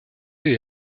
est